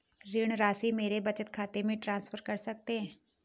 ऋण राशि मेरे बचत खाते में ट्रांसफर कर सकते हैं?